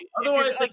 Otherwise